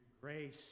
grace